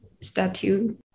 statue